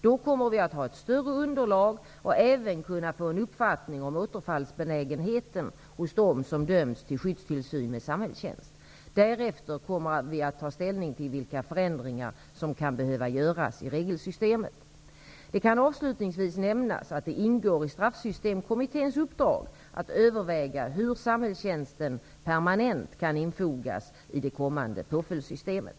Då kommer vi att ha ett större underlag och även kunna få en uppfattning om återfallsbenägenheten hos dem som dömts till skyddstillsyn med samhällstjänst. Därefter kommer vi att ta ställning till vilka förändringar som kan behöva göras i regelsystemet. Det kan avslutningsvis nämnas att det ingår i Straffsystemkommitténs uppdrag att överväga hur samhällstjänsten permanent kan infogas i det kommande påföljdssystemet.